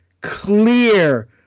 Clear